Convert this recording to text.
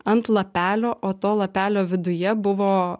ant lapelio o to lapelio viduje buvo